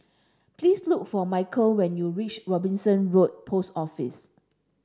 please look for Michael when you reach Robinson Road Post Office